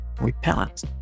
repellent